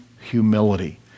humility